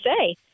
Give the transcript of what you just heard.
say